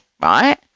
right